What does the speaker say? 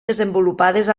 desenvolupades